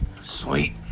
Sweet